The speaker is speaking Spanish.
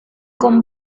con